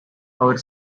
our